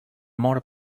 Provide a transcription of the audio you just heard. more